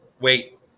Wait